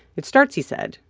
it starts, he said,